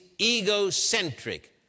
egocentric